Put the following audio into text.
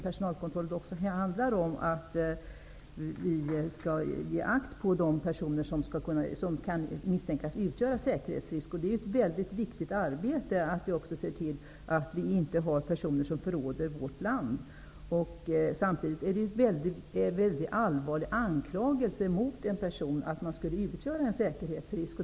Personalkontrollen innebär att man skall ge akt på de personer som kan misstänkas utgöra säkerhetsrisker. Det är ett mycket viktigt arbete att se till att personer inte förråder vårt land. Samtidigt är det allvarligt att anklaga en person för att utgöra en säkerhetsrisk.